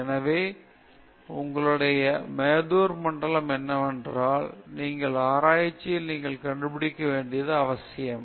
எனவே உங்களுடைய மெதோர் மண்டலம் என்னவென்றால் உங்கள் ஆராய்ச்சியில் நீங்கள் கண்டுபிடிக்க வேண்டியது அவசியம்